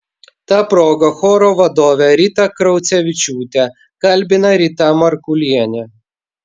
ta proga choro vadovę ritą kraucevičiūtę kalbina rita markulienė